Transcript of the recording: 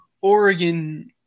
Oregon